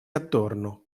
attorno